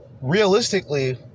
realistically